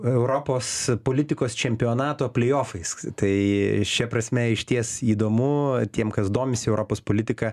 europos politikos čempionato plijofais tai šia prasme išties įdomu tiem kas domisi europos politika